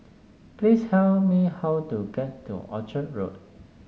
please me how to get to Orchard Road